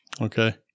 Okay